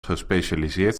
gespecialiseerd